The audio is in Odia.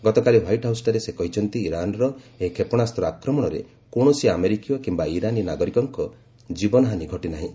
ଗତକାଲି ହ୍ୱାଇଟ୍ ହାଉସ୍ଠାରେ ସେ କହିଛନ୍ତି ଇରାନ୍ର ଏହି କ୍ଷେପଣାସ୍ତ ଆକ୍ରମଣରେ କୌଣସି ଆମେରିକୟ କିମ୍ବା ଇରାନୀ ନାଗରିକଙ୍କ ଜୀବନ ହାନି ଘଟି ନାହିଁ